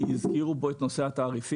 הזכירו פה את נושא התעריפים.